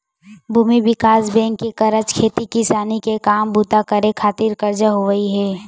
भूमि बिकास बेंक के कारज खेती किसानी के काम बूता करे खातिर करजा देवई हे